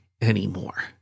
anymore